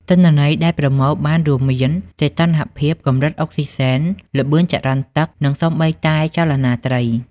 ទិន្នន័យដែលប្រមូលបានរួមមាន សីតុណ្ហភាពទឹក កម្រិតអុកស៊ីសែន ល្បឿនចរន្តទឹក និងសូម្បីតែចលនាត្រី។